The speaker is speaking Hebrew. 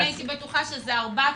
הייתי בטוחה שזה ---.